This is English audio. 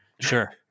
Sure